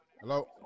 Hello